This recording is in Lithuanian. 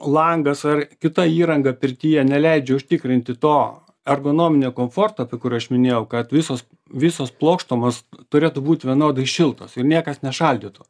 langas ar kita įranga pirtyje neleidžia užtikrinti to ergonominio komforto apie kur aš minėjau kad visos visos plokštumos turėtų būt vienodai šiltos jų niekas nešaldytų